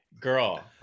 Girl